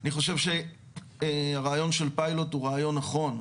אני חושב שרעיון של פיילוט הוא רעיון נכון.